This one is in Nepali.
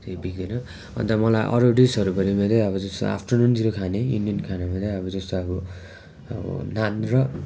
त्यो बिक्दैन अन्त मलाई अरू डिसहरू आफ्टरनुनतिर खाने इन्डियन खानामा चाहिँ अब जस्तो अब नान र